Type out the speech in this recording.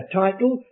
title